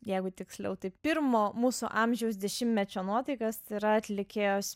jeigu tiksliau taip pirmo mūsų amžiaus dešimtmečio nuotaikos yra atlikėjos